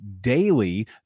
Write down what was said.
daily